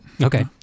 Okay